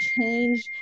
change